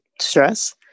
stress